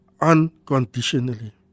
unconditionally